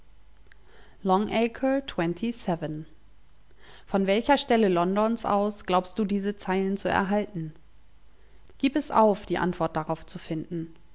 von welcher stelle londons aus glaubst du diese zeilen zu erhalten gib es auf die antwort darauf zu finden